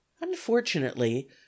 unfortunately